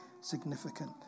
significant